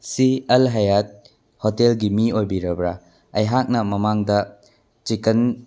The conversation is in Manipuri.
ꯁꯤ ꯑꯜ ꯍꯥꯌꯠ ꯍꯣꯇꯦꯜꯒꯤ ꯃꯤ ꯑꯣꯏꯕꯤꯔꯕ꯭ꯔꯥ ꯑꯩꯍꯥꯛꯅ ꯃꯃꯥꯡꯗ ꯆꯤꯡꯀꯟ